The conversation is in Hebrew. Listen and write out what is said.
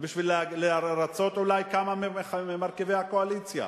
ואולי בשביל לרצות כמה ממרכיבי הקואליציה.